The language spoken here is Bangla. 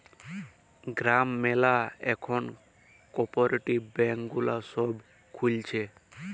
গ্রাম ম্যালা এখল কপরেটিভ ব্যাঙ্ক গুলা সব খুলছে